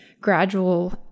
gradual